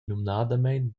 numnadamein